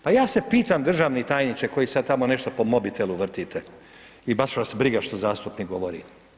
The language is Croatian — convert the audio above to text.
Pa ja se pitam državni tajniče, koji sada tamo nešto po mobitelu vrtite i baš vas briga što zastupnik govori.